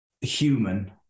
human